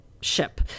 ship